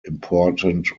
important